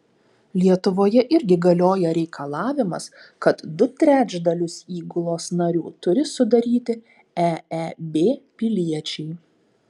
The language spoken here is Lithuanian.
lietuvoje irgi galioja reikalavimas kad du trečdalius įgulos narių turi sudaryti eeb piliečiai